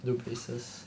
you know braces